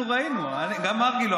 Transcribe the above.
גם אבי לא.